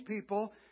people